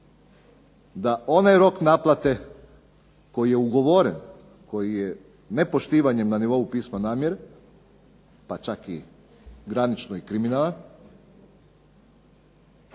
da onaj rok naplate koji je ugovoren, koji je nepoštivanjem na nivou pisma namjere pa čak i granično i kriminala,